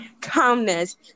calmness